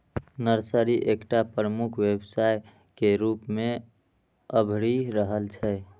nursery एकटा प्रमुख व्यवसाय के रूप मे अभरि रहल छै